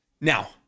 Now